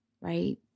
right